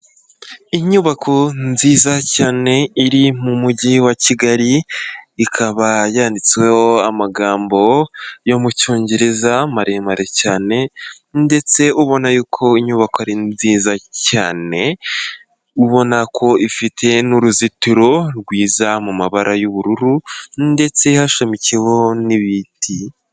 Inyubako nziza cyane iri mu mujyi wa Kigali, ikaba yanditsweho amagambo yo mu Cyongereza maremare cyane ndetse ubona yuko inyubako ari nziza cyane, ubona ko ifite n'uruzitiro rwiza mu mabara y'ubururu ndetse hashamikiyeho n'ibiti.